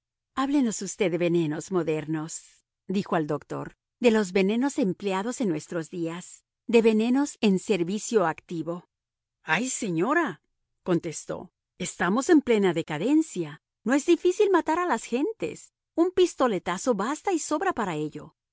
háblenos usted de venenos modernos dijo al doctor de los venenos empleados en nuestros días de venenos en servicio activo ay señora contestó estamos en plena decadencia no es difícil matar a las gentes un pistoletazo basta y sobra para ello